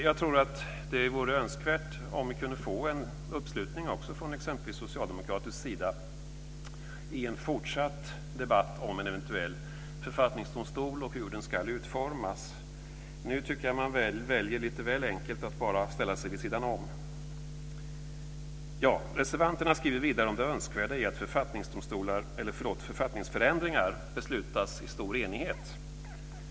Jag tror att det vore önskvärt om vi kunde få en uppslutning från exempelvis socialdemokraterna i en fortsatt debatt om en eventuell författningsdomstol och om hur den ska utformas. Nu tycker jag att man lite väl enkelt väljer att bara ställa sig vid sidan av. Reservanterna skriver vidare om det önskvärda i att författningsförändringar beslutas i stor enighet.